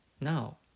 Now